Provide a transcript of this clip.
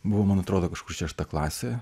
buvo man atrodo kažkur šešta klasė